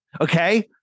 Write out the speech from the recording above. okay